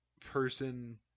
person